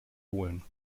holen